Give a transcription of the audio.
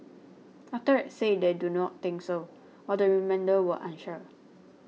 a third said they do not think so while the remainder were unsure